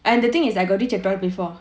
and the thing is I got reach at twelve before